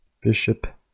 bishop